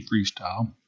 freestyle